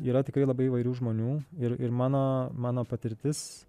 yra tikrai labai įvairių žmonių ir ir mano mano patirtis